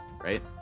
right